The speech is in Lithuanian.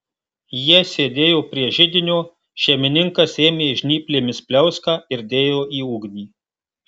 jie sėdėjo prie židinio šeimininkas ėmė žnyplėmis pliauską ir dėjo į ugnį